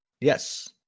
Yes